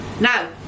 Now